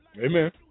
amen